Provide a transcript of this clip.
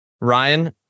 Ryan